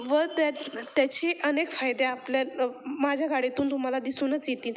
व त्यात त्याचे अनेक फायदे आपल्याला माझ्या गाडीतून तुम्हाला दिसूनच येतील